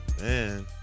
Man